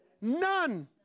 none